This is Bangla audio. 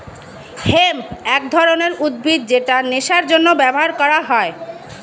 হেম্প এক ধরনের উদ্ভিদ যেটা নেশার জন্য ব্যবহার করা হয়